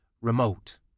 remote